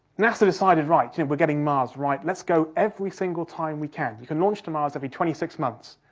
nasa decided, right, and we're getting mars right, let's go every single time we can. you can launch to mars every twenty six months,